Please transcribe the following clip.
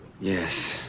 Yes